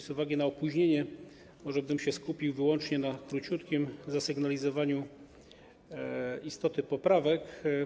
Z uwagi na opóźnienie może skupiłbym się wyłącznie na króciutkim zasygnalizowaniu istoty poprawek.